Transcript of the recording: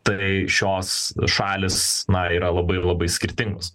tai šios šalys na yra labai ir labai skirtingos